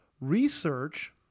Research